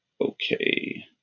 Okay